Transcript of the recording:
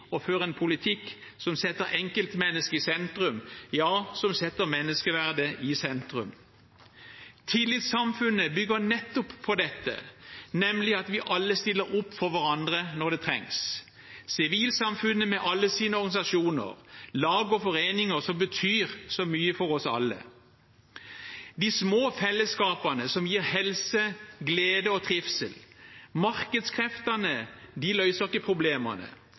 å føre en politikk som setter enkeltmennesket i sentrum, som setter menneskeverdet i sentrum. Tillitssamfunnet bygger nettopp på dette, nemlig at vi alle stiller opp for hverandre når det trengs – sivilsamfunnet, med alle sine organisasjoner, lag og foreninger som betyr så mye for oss alle, de små fellesskapene som gir helse, glede og trivsel. Markedskreftene løser ikke problemene, heller ikke staten alene. Det er mennesker som løser problemene,